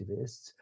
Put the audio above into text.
activists